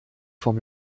vom